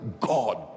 God